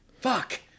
fuck